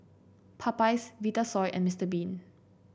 Popeyes Vitasoy and Mister Bean